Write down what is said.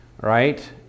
right